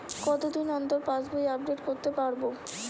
কতদিন অন্তর পাশবই আপডেট করতে পারব?